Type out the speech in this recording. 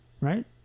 Right